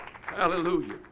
Hallelujah